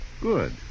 Good